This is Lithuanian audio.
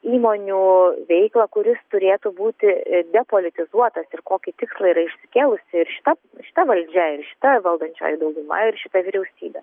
įmonių veiklą kuris turėtų būti depolitizuotas ir kokį tikslą yra išsikėlusi ir šita šita valdžia ir šita valdančioji dauguma ir šita vyriausybė